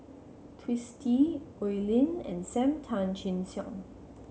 Twisstii Oi Lin and Sam Tan Chin Siong